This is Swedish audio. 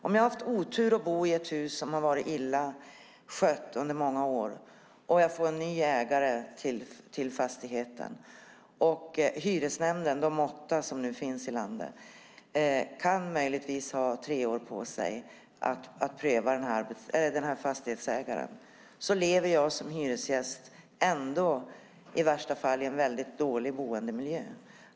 Om jag har haft oturen att bo i ett hus som har varit illa skött under många år och jag får en ny ägare till fastigheten, och hyresnämnden - åtta finns det i landet - har tre år på sig att pröva fastighetsägaren så lever jag som hyresgäst ändå i värsta fall i en dålig boendemiljö.